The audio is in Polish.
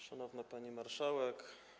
Szanowna Pani Marszałek!